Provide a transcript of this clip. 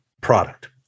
product